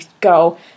go